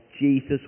Jesus